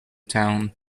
town